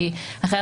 כי אחרת,